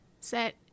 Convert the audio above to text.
set